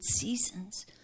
seasons